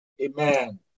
Amen